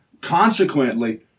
consequently